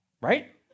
right